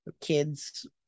kids